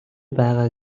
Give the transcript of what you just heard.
байгаа